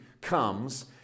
comes